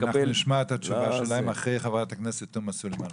--- אנחנו נשמע את התשובה שלהם אחרי חברת הכנסת תומא סלימאן.